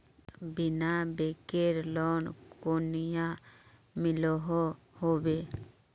बिना बैंकेर लोन कुनियाँ मिलोहो होबे?